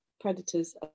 predators